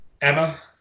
Emma